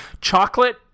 chocolate